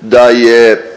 da je,